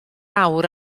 awr